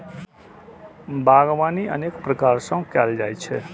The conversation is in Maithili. बागवानी अनेक प्रकार सं कैल जाइ छै